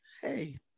Hey